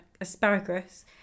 asparagus